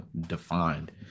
defined